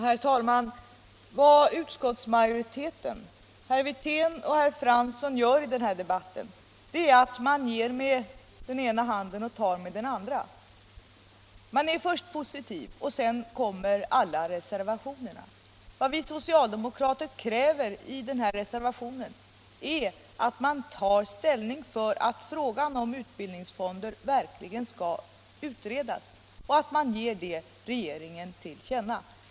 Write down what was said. Herr talman! Vad utskottsmajoritetens företrädare herr Wirtén och herr Fransson gör i den här debatten är att de ger med den ena handen och tar med den andra. Man är först positiv, och sedan kommer alla reservationerna. Vad vi socialdemokrater kräver i denna motion är att riksdagen tar ställning för att frågan om utbildningsfonder skall utredas och ger regeringen detta till känna.